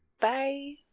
Bye